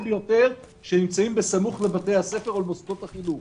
ביותר שנמצאים בסמוך לבתי הספר ולמוסדות החינוך.